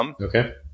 Okay